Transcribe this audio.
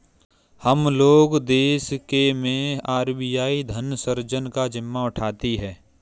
हम लोग के देश मैं आर.बी.आई धन सृजन का जिम्मा उठाती है